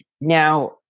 now